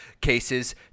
cases